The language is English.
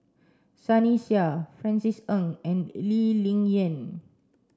Sunny Sia Francis Ng and Lee Ling Yen